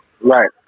Right